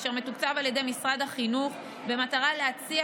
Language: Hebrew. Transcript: אשר מתוקצב על ידי משרד החינוך במטרה להציע,